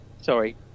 Sorry